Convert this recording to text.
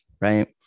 right